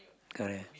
correct